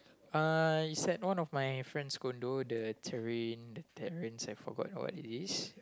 uh it's at one of my friend's condo the terrain te~ I forgot what it is